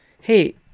Hey